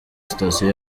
sitasiyo